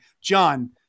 John